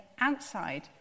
outside